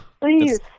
Please